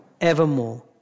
evermore